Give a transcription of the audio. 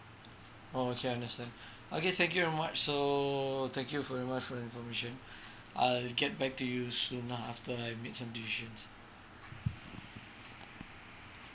oh okay understand okay thank you very much so thank you very much for the information I'll get back to you soon ah after I make some decisions